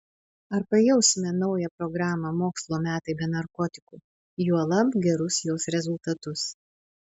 ar pajausime naują programą mokslo metai be narkotikų juolab gerus jos rezultatus